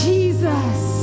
Jesus